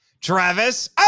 Travis